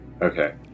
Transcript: Okay